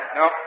no